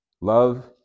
love